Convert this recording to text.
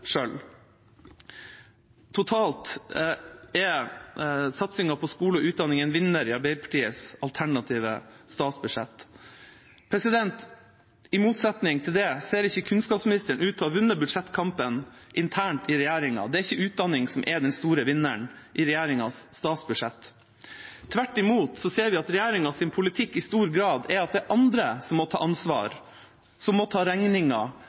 Totalt sett er satsingen på skole og utdanning en vinner i Arbeiderpartiets alternative statsbudsjett. I motsetning til dette ser ikke kunnskapsministeren ut til å ha vunnet budsjettkampen internt i regjeringa. Det er ikke utdanning som er den store vinneren i regjeringas statsbudsjett. Tvert imot ser vi at regjeringas politikk i stor grad er at det er andre som må ta ansvar, og som må ta